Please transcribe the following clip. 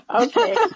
Okay